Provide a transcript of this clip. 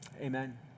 Amen